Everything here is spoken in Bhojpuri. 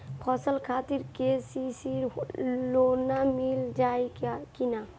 फसल खातिर के.सी.सी लोना मील जाई किना?